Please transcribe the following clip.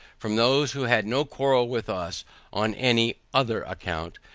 from those who had no quarrel with us on any other account,